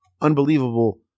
unbelievable